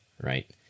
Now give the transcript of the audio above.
right